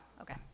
okay